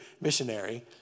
missionary